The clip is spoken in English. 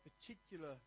particular